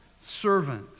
servant